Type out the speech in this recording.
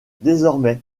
désormais